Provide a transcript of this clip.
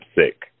sick